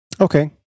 Okay